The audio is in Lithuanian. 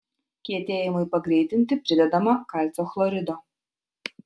kietėjimui pagreitinti pridedama kalcio chlorido